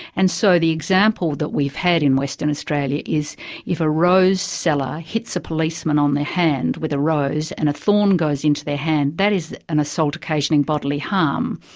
and so the example that we've had in western australia is if a rose seller hits a policeman on the hand with a rose and a thorn goes into their hand, that is and assault occasioning bodily harm.